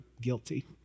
guilty